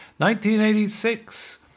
1986